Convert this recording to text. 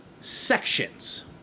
sections